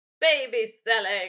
Baby-selling